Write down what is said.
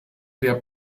der